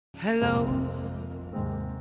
Hello